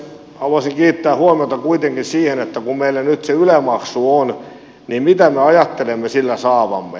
haluaisin kiinnittää huomiota kuitenkin siihen että kun meillä nyt se yle maksu on niin mitä me ajattelemme sillä saavamme